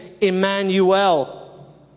Emmanuel